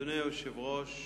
אדוני היושב-ראש,